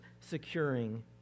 securing